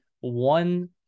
one